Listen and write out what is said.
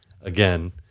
again